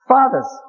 Fathers